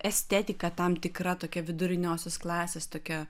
estetika tam tikra tokia viduriniosios klasės tokia